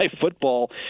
football